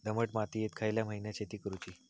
दमट मातयेत खयल्या महिन्यात शेती करुची?